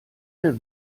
der